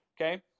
okay